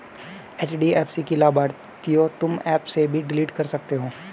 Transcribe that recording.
HDFC की लाभार्थियों तुम एप से भी डिलीट कर सकते हो